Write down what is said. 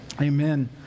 Amen